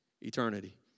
eternity